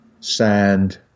sand